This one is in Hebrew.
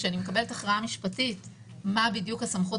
כשאני מקבלת הכרעה משפטית מה בדיוק הסמכות